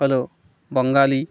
হলো বঙ্গালী